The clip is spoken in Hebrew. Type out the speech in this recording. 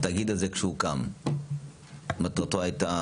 כשהוקם התאגיד הזה ב-2015, מטרתו הייתה